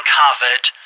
covered